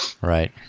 Right